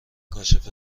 کاشف